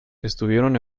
estuvieron